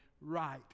right